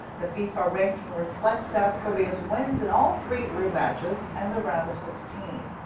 the fifa ranking reflects south korea's wins in all three group matches and the round of sixteen.